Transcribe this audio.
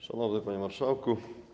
Szanowny Panie Marszałku!